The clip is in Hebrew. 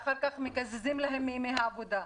הם מקזזים להם מימי העבודה.